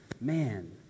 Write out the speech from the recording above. man